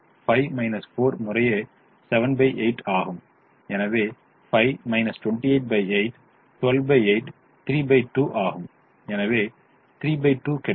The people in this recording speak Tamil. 5 4 முறையே 78 ஆகும் எனவே 5 288 128 32 ஆகும் எனவே 3 2 கிடைக்கும்